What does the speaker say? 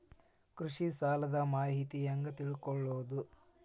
ಕೃಷಿ ಸಾಲದ ಮಾಹಿತಿ ಹೆಂಗ್ ತಿಳ್ಕೊಳ್ಳೋದು?